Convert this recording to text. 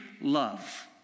love